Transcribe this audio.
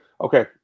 Okay